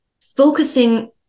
focusing